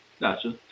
gotcha